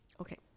Okay